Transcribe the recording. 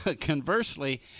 conversely